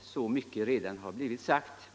Så mycket har ju redan blivit sagt.